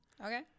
okay